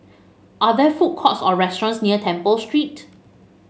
are there food courts or restaurants near Temple Street